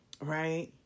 right